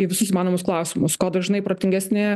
į visus įmanomus klausimus ko dažnai protingesni